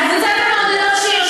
אני רואה שיש עתיד מאוד מטרידה,